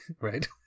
Right